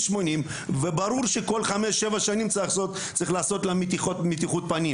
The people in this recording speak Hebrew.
80 וברור שכל חמש שבע שנים צריך לעשות לה מתיחת פנים,